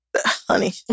honey